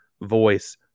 voice